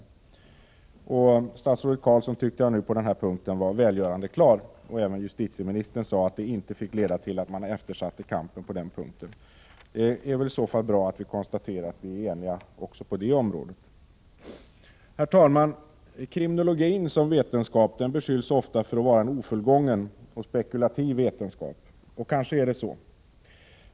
Jag tyckte att statsrådet Carlsson nu på den punkten var välgörande klar. Även justitieministern sade att kampen mot den ekonomiska brottsligheten inte fick leda till att man eftersatte kampen mot annan brottslighet. Det är bra att vi kan konstatera att vi är eniga också på det området. Herr talman! Kriminologin som vetenskap beskylls ofta för att vara en ofullgången och spekulativ vetenskap. Kanske är det så.